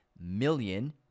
million